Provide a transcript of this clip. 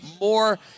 more